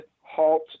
halt